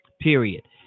period